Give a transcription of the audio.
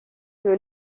que